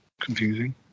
Confusing